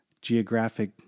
geographic